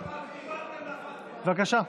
כל פעם שדיברתם, בבקשה.